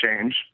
change